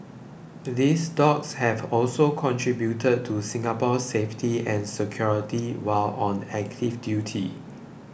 these dogs have also contributed to Singapore's safety and security while on active duty